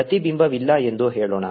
ಪ್ರತಿಬಿಂಬವಿಲ್ಲ ಎಂದು ಹೇಳೋಣ